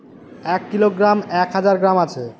এক কিলোগ্রামে এক হাজার গ্রাম আছে